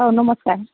औ नमस्कार